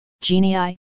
Genii